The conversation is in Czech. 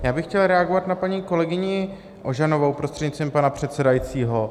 Já bych chtěl reagovat na paní kolegyni Ožanovou, prostřednictvím pana předsedajícího.